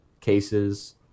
cases